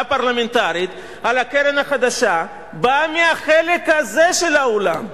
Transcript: פרלמנטרית על הקרן החדשה באה מהחלק הזה של האולם.